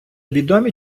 відомі